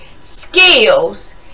skills